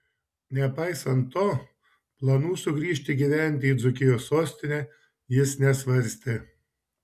nepaisant to planų sugrįžti gyventi į dzūkijos sostinę jis nesvarstė